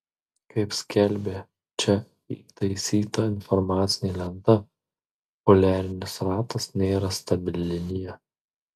kaip skelbia čia įtaisyta informacinė lenta poliarinis ratas nėra stabili linija